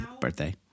birthday